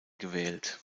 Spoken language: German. gewählt